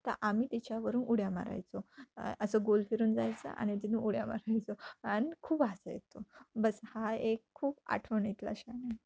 तर आम्ही तिच्यावरून उड्या मारायचो असं गोल फिरून जायचा आणि तिथून उड्या मारायचो आणि खूप हसायचो बस हा एक खूप आठवणीतला क्षण आहे